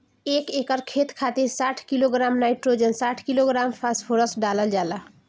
एक एकड़ खेत खातिर साठ किलोग्राम नाइट्रोजन साठ किलोग्राम फास्फोरस डालल जाला?